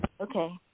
Okay